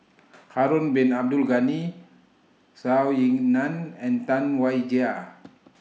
Harun Bin Abdul Ghani Zhou Ying NAN and Tam Wai Jia